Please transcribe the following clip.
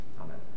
Amen